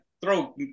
throw